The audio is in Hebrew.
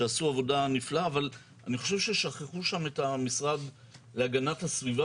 שעשו עבודה נפלאה אבל אני חושב ששכחו שם את המשרד להגנת הסביבה